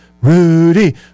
Rudy